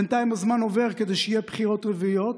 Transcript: בינתיים הזמן עובר כדי שיהיו בחירות רביעיות,